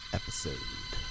episode